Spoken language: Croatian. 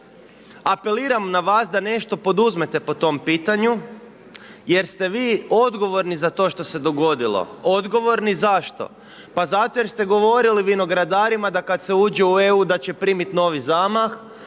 Apeliram na vas da nešto poduzmete po tom pitanju jer ste vi odgovorni za to što se dogodilo, odgovorni zašto? Pa zato jer ste govorili vinogradarima da kad se uđe u EU da će primit novi zamah,